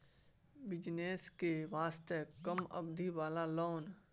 Business करे वास्ते कम अवधि वाला लोन?